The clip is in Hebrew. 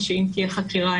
ושאם תהיה חקירה,